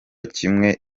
kimwe